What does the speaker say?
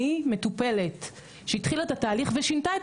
אני מטופלת שהתחילה את התהליך ושינתה את